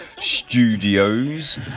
studios